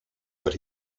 what